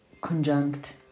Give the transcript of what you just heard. conjunct